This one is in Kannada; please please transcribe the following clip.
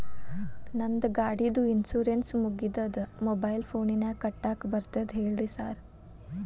ನಂದ್ ಗಾಡಿದು ಇನ್ಶೂರೆನ್ಸ್ ಮುಗಿದದ ಮೊಬೈಲ್ ಫೋನಿನಾಗ್ ಕಟ್ಟಾಕ್ ಬರ್ತದ ಹೇಳ್ರಿ ಸಾರ್?